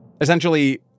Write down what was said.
Essentially